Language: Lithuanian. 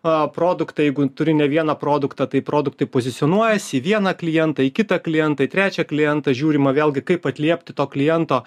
a produktai jeigu turi ne vieną produktą tai produktai pozicionuojasi vieną klientą į kitą klientai į trečią klientą žiūrima vėlgi kaip atliepti to kliento